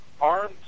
arms